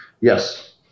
Yes